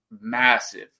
massive